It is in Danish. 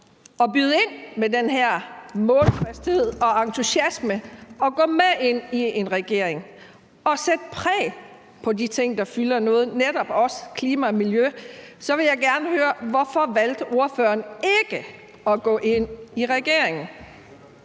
at byde ind med den her målfasthed og entusiasme og gå med ind i en regering og sætte sit præg på de ting, der fylder noget, netop også klima og miljø. Så jeg vil gerne høre: Hvorfor valgte ordføreren ikke at gå ind i regeringen?